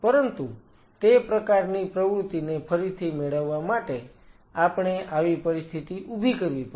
પરંતુ તે પ્રકારની પ્રવૃત્તિને ફરીથી મેળવવા માટે આપણે આવી પરિસ્થિતિ ઊભી કરવી પડશે